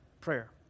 Prayer